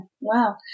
Wow